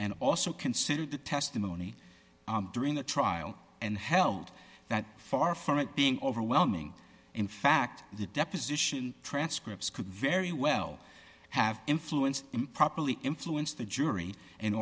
and also consider the testimony during the trial and held that far from it being overwhelming in fact the deposition transcripts could very well have influenced improperly influenced the jury in